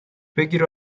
بگیر